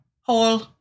hole